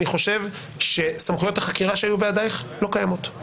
אני חושב שסמכויות החקירה שהיו בידייך לא קיימות.